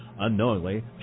Unknowingly